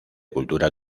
cultura